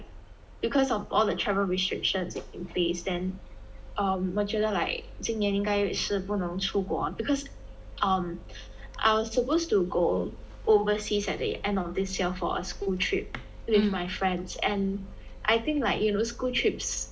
because of all the travel restrictions in place then um 我觉得 like 今年应该是不能出国 because um I was supposed to go overseas at the end of this year for a school trip with my friends and I think like you know school trips